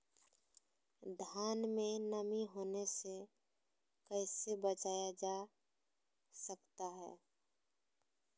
धान में नमी होने से कैसे बचाया जा सकता है?